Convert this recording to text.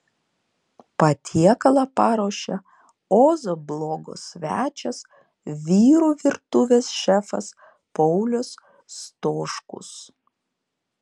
patiekalą paruošė ozo blogo svečias vyrų virtuvės šefas paulius stoškus